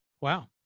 wow